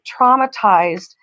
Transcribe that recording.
traumatized